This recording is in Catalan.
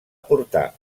portar